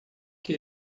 que